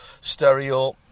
stereo